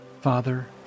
father